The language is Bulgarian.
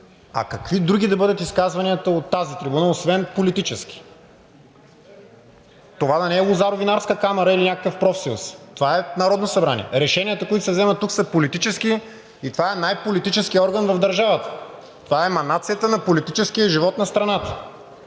А какви други да бъдат изказванията от тази трибуна освен политически?! Това да не е лозаро-винарска камара или някакъв профсъюз?! Това е Народното събрание. Решенията, които се вземат тук, са политически и това е най-политическият орган в държавата. Това е еманацията на политическия живот на страната.